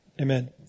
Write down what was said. amen